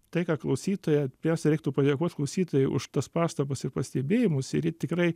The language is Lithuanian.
tai ką klausytoja pirmiausia reiktų padėkot klausytojai už tas pastabas ir pastebėjimus ir ji tikrai